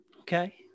Okay